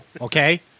Okay